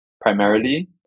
primarily